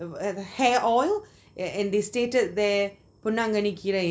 uh hair on an~ and they stated there ponnanganni கீரை:ponanganni keera